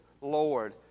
Lord